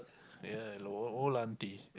yea old auntie